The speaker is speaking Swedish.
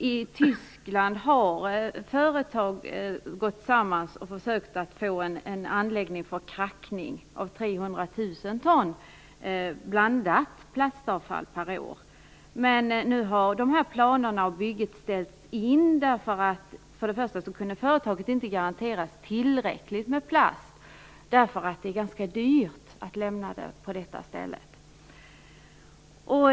I Tyskland har företag gått samman och försökt få en anläggning för krackning av 300 000 ton blandat plastavfall per år, men nu har dessa planer och detta bygge ställts in. Anläggningen kunde inte garanteras tillräckligt med plast beroende på att det skulle bli ganska dyrt att lämna plast på detta ställe.